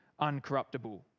uncorruptible